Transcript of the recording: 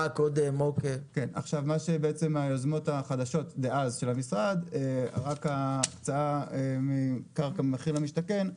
מבין היוזמות של המשרד דאז הייתה רק ההקצאה של קרקע במחיר למשתכן,